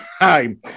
time